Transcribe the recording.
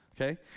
okay